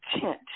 tent